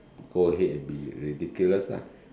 go ahead and be ridiculous lah